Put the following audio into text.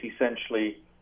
essentially